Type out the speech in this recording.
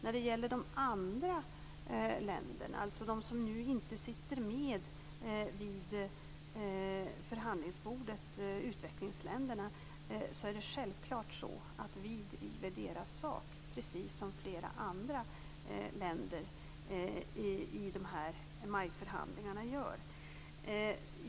När det gäller de länderna som nu inte sitter med vid förhandlingsbordet, utvecklingsländerna, är det självklart att vi driver deras sak, precis som flera andra länder i MAI-förhandlingarna gör.